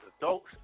adults